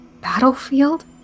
battlefield